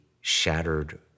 shattered